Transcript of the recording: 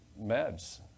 meds